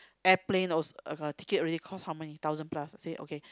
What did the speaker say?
airplane was ticket already cost how many thousand plus I say okay